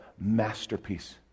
masterpiece